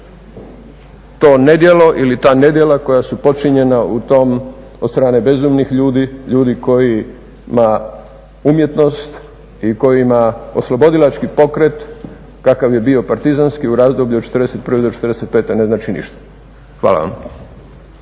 to nedjelo ili ta nedjela koja su počinjena u tom od strane bezumnih ljudi, ljudi kojima umjetnost i kojima oslobodilački pokret kakav je bio partizanski u razdoblju od '41. do '45. ne znači ništa. Hvala vam.